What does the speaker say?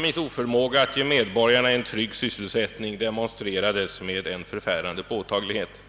dess oförmåga att ge medborgarna en trygg sysselsättning demonstrerades med förfärande påtaglighet.